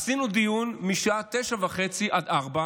עשינו דיון משעה 09:30 עד 16:00,